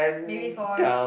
maybe four